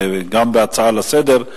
גם בהצעה לסדר-היום.